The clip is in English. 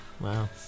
Wow